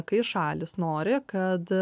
kai šalys nori kad